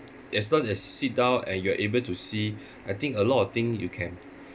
as long as you sit down and you are able to see I think a lot of thing you can